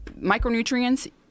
micronutrients